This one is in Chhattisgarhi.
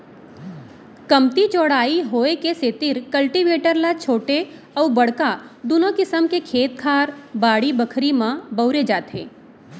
कमती चौड़ाई होय के सेतिर कल्टीवेटर ल छोटे अउ बड़का दुनों किसम के खेत खार, बाड़ी बखरी म बउरे जाथे